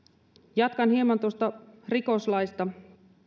jatkan hieman rikoslaista